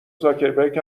زاکبرک